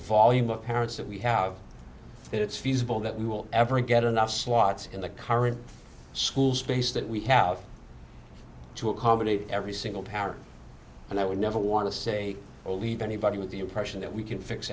volume of parents that we have it's feasible that we will ever get enough slots in the current school space that we have to accommodate every single parent and i would never want to say or leave anybody with the impression that we can fix